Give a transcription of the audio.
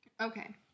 Okay